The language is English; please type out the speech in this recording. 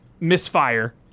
misfire